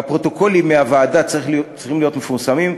והפרוטוקולים של הוועדה צריכים להיות מפורסמים.